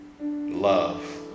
Love